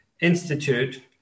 Institute